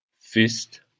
Fist